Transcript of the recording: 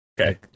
okay